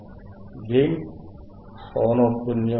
gain పౌనఃపున్యం